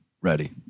ready